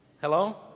hello